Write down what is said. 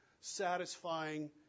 satisfying